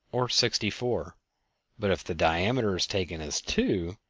or sixty four but if the diameter is taken as two,